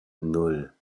nan